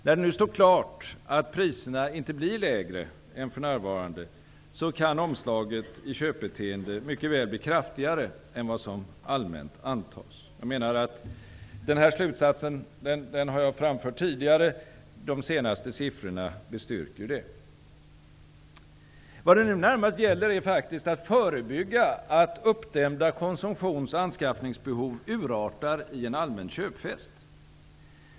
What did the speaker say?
När det står klart att priserna inte blir lägre än för närvarande, kan omslaget i köpbeteende mycket väl bli kraftigare än vad som allmänt antas. Det här har jag framfört tidigare. De senaste siffrorna bestyrker det. Vad det nu närmast gäller är att förebygga att uppdämda konsumtions och anskaffningsbehov urartar i en allmän köpfest.